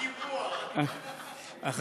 גם